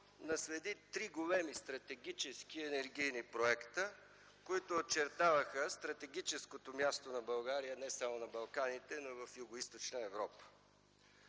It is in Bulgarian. наследи три големи стратегически енергийни проекта, които очертаваха стратегическото място на България не само на Балканите, но и в Югоизточна Европа.